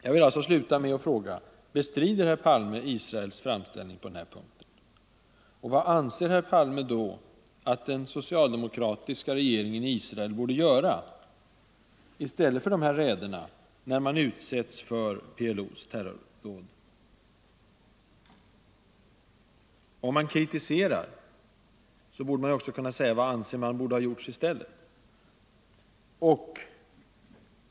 Jag vill sluta med att fråga: Bestrider herr Palme Israels framställning på den här punkten? Vad anser herr Palme då att den socialdemokratiska regeringen i Israel borde göra i stället för dessa raider, när man utsätts för PLO:s terrordåd? Om herr Palme kritiserar, borde han också kunna säga vad han anser borde ha gjorts i stället.